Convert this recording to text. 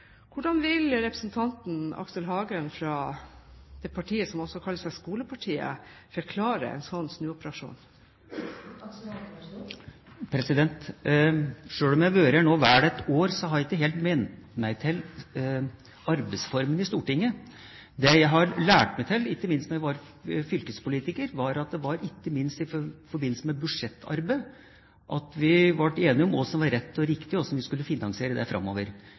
Hvordan vil representanten Aksel Hagen fra det partiet som også kalles for skolepartiet, forklare en slik snuoperasjon? Sjøl om jeg har vært her nå vel ett år, har jeg ikke vent meg til arbeidsformen i Stortinget. Det jeg har lært meg til, ikke minst da jeg var fylkespolitiker, var at det var spesielt i forbindelse med budsjettarbeid at vi ble enige om hva som var rett og riktig, og hvordan vi skulle finansiere det framover.